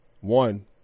one